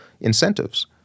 incentives